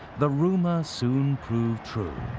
the rumor soon proved true.